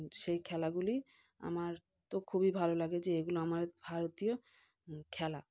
সেই খেলাগুলি আমার তো খুবই ভালো লাগে যে এইগুলো আমার ভারতীয় খেলা